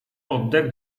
oddech